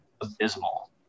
Abysmal